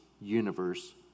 universe